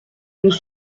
nous